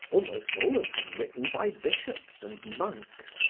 almost all of them written by bishops and monks,